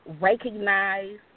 recognize